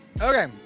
Okay